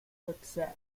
success